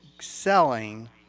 selling